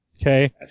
Okay